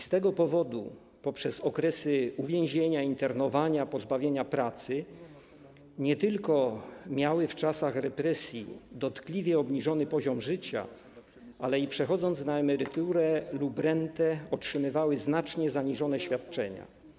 Z tego powodu, tj. przez okresy uwięzienia, internowania, pozbawienia pracy, nie tylko miały w czasach represji dotkliwie obniżony poziom życia, ale po przejściu na emeryturę lub rentę otrzymywały znacznie zaniżone świadczenia.